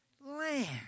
land